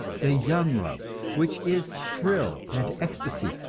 the young love which is thrill and ecstasy,